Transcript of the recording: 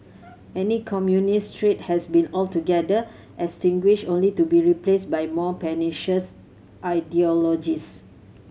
any communist threat has been altogether extinguished only to be replaced by more pernicious ideologies